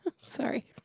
Sorry